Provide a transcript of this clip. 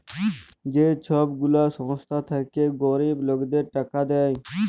যে ছব গুলা সংস্থা থ্যাইকে গরিব লকদের টাকা দেয়